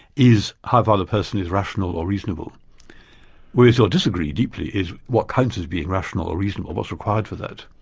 is how far the person is rational or reasonable. where we'll disagree deeply is what counts as being rational or reasonable, what's required for that,